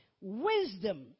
wisdom